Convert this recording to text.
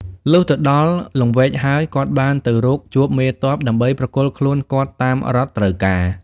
លុះទៅដល់លង្វែកហើយ គាត់បានទៅរកជួបមេទ័ព ដើម្បីប្រគល់ខ្លួនគាត់តាមរដ្ឋត្រូវការ ។